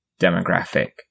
demographic